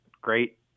great